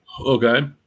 Okay